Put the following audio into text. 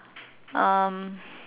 um